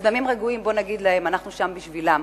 אז בימים רגועים בואו נגיד להם: אנחנו שם בשבילם,